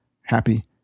happy